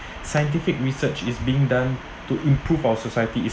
scientific research is being done to improve our society it